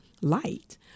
light